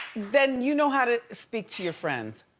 then you know how to speak to your friends,